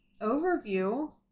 overview